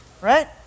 right